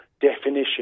definition